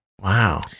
Wow